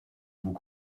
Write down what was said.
vous